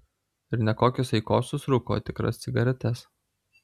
ir ne kokius aikosus rūko o tikras cigaretes